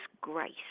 grace